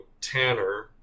Tanner